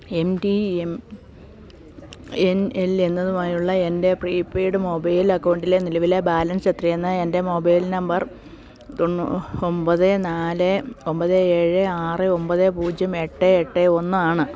M T M N L എന്നതുമായുള്ള എന്റെ prepaid mobile അക്കൗണ്ടിലെ നിലവിലെ ബാലൻസെത്രയെന്ന് എന്റെ മൊബൈൽ നമ്പർ ഒമ്പത് നാല് ഒമ്പത് ഏഴ് ആറ് ഒമ്പത് പൂജ്യമെട്ട് എട്ട് ഒന്നാണ്